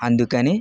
అందుకని